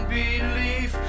belief